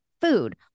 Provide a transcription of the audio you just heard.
food